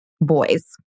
boys